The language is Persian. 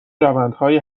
روندهای